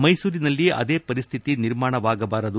ಮೈಸೂರಿನಲ್ಲಿ ಅದೇ ಪರಿಸ್ಟಿತಿ ನಿರ್ಮಾಣವಾಗಬಾರದು